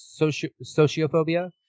sociophobia